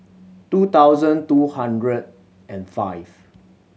two thousand two hundred and five